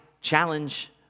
challenge